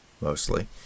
mostly